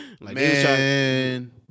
Man